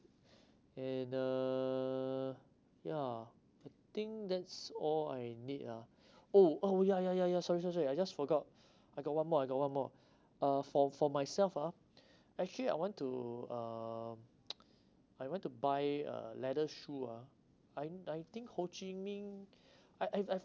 eh the yeah I think that's all I need ah oh oh yeah yeah yeah yeah sorry sorry sorry I just forgot I got one more I got one more uh for for myself ah actually I want to uh I want to buy uh leather shoe ah I I think ho chi minh I I I